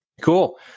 cool